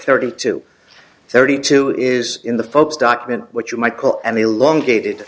thirty two thirty two is in the focus document what you might call and the long gated